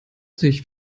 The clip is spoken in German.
sich